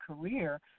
career